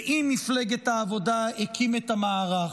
ועם מפלגת העבודה הקים את המערך.